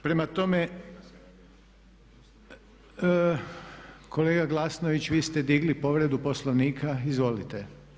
Prema tome, kolega Glasnović vi ste digli povredu poslovnika, izvolite.